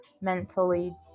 mentally